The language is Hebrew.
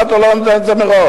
למה אתה לא נותן את זה מראש?